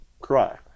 Cry